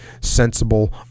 sensible